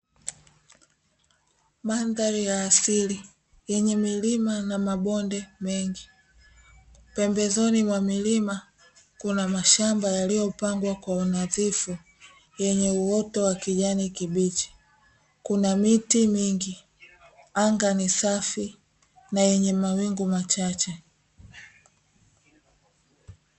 Mandhari ya asili yenye milima na mabonde mengi, pembezoni mwa milima kuna mashamba yaliyopangwa kwa unadhifu yenye uoto wa kijani kibichi, kuna miti mingi, anga ni safi na lenye mawingu machache.